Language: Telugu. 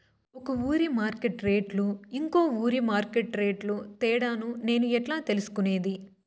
ఒక ఊరి మార్కెట్ రేట్లు ఇంకో ఊరి మార్కెట్ రేట్లు తేడాను నేను ఎట్లా తెలుసుకునేది?